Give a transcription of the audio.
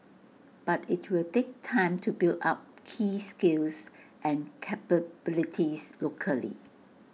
but IT will take time to build up key skills and capabilities locally